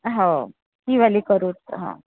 हो ही वाली करूत हां